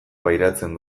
pairatzen